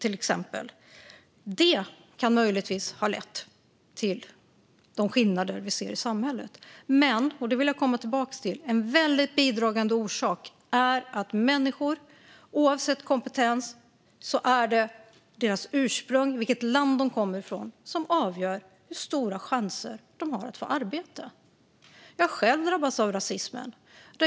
Det kan möjligtvis ha lett till de skillnader vi ser i samhället. Men jag vill komma tillbaka till detta: En väldigt bidragande orsak är att oavsett människors kompetens är det deras ursprung, vilket land de kommer ifrån, som avgör hur stora chanser de har att få arbete. Jag har själv drabbats av rasismen.